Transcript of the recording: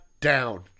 down